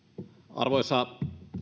arvoisa